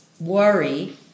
worry